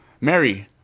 Mary